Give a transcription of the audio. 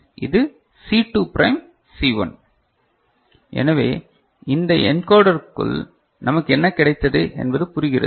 C1 எனவே இந்த என்கோடருக்குள் நமக்கு என்ன கிடைத்தது என்பது புரிகிறது